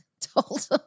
told